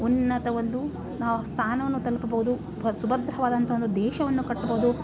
ಉನ್ನತ ಒಂದು ನಾವು ಸ್ಥಾನವನ್ನು ತಲುಪ್ಬೋದು ಬ್ ಸುಭದ್ರವಾದಂಥ ಒಂದು ದೇಶವನ್ನು ಕಟ್ಬೋದು